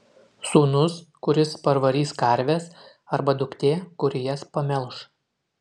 sūnus kuris parvarys karves arba duktė kuri jas pamelš